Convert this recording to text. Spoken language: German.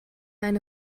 eine